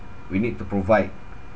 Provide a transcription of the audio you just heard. we need to provide